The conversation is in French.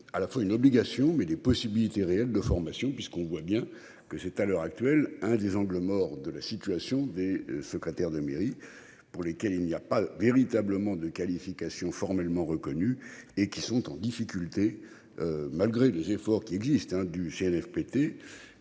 à la fois une obligation mais des possibilités réelles de formation puisqu'on voit bien que c'est à l'heure actuelle, un des angles morts de la situation des secrétaires de mairie pour lesquels il n'y a pas véritablement de qualification formellement reconnu et qui sont en difficulté. Malgré les efforts qu'il existe du Cnfpt.